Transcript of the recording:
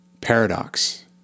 paradox